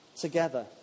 together